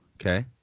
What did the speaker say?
Okay